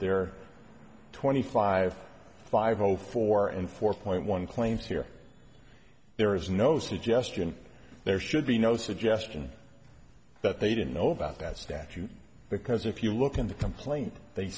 there twenty five five o four and four point one claims here there is no suggestion there should be no suggestion that they didn't know about that statute because if you look in the complaint they